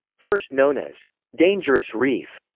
first known as dangerous reef,